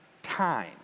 time